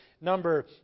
number